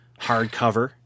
hardcover